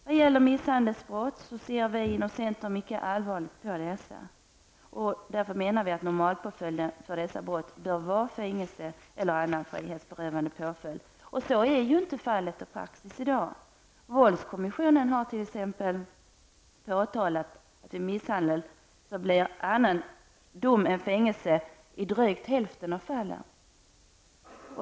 Vi i centern ser mycket allvarligt på misshandelsbrott. Därför menar vi att normalpåföljden för dessa brott bör vara fängelse eller annan frihetsberövande påföljd. Så är inte fallet och praxis i dag. Våldskommissionen har t.ex. påtalat att vid misshandel blir det annan dom än fängelse i drygt hälften av fallen.